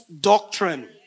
doctrine